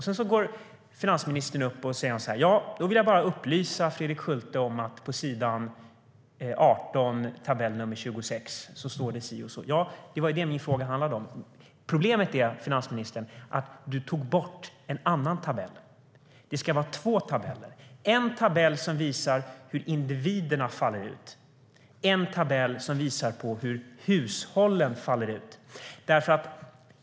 Sedan går finansministern upp i talarstolen och säger att hon bara vill upplysa Fredrik Schulte om att det på s. 18 i tabell 26 står si och så. Ja, det var detta som min fråga handlade om. Problemet är, finansministern, att du tog bort en annan tabell. Det ska vara två tabeller, en tabell som visar hur det faller ut för individerna och en tabell som visar hur det faller ut för hushållen.